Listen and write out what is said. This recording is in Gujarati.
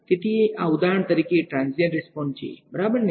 તેથી આ ઉદાહરણ તરીકે ટ્રાંઝીયન્ટ રીસ્પોંસ છે બરાબરને